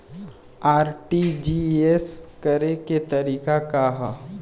RTGS करे के तरीका का हैं?